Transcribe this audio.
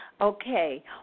Okay